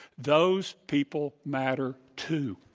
those people matter, too!